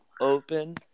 open